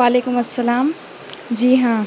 وعلیکم السلام جی ہاں